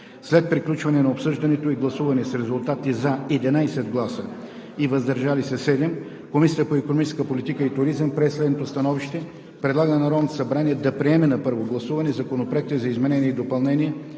След приключване на обсъждането и гласуване с резултати 11 гласа „за”, без „против“ и 7 гласа „въздържал се”, Комисията по икономическа политика и туризъм прие следното становище: Предлага на Народното събрание да приеме на първо гласуване Законопроект за изменение и допълнение